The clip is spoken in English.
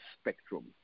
spectrum